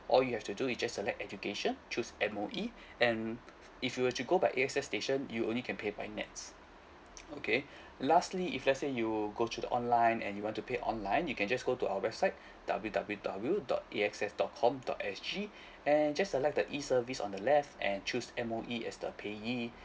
all you have to do is just select education choose M_O_E and if you were to go by A_X_S station you only can pay by NETS okay lastly if let's say you go through the online and you want to pay online you can just go to our website www dot axs dot com dot sg and just select the E service on the left and choose M_O_E as the payee